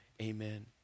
Amen